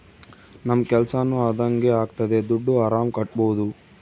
ನಮ್ ಕೆಲ್ಸನೂ ಅದಂಗೆ ಆಗ್ತದೆ ದುಡ್ಡು ಆರಾಮ್ ಕಟ್ಬೋದೂ